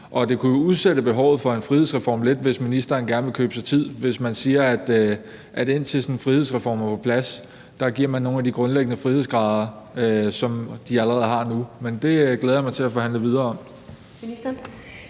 det kunne jo udsætte behovet for en frihedsreform lidt, hvis ministeren gerne vil købe sig tid, hvis man siger, at man, indtil sådan en frihedsreform er på plads, giver nogle af de grundlæggende frihedsgrader, som de allerede har nu. Men det glæder jeg mig til at forhandle videre om.